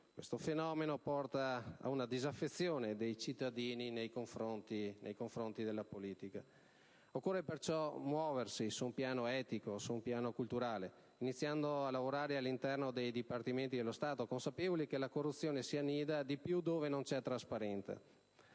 Questo fenomeno porta ad una disaffezione dei cittadini nei confronti della politica. Occorre perciò muoversi su un piano etico e culturale, iniziando a lavorare all'interno dei dipartimenti dello Stato, consapevoli che la corruzione si annida maggiormente dove non c'è trasparenza